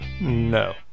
No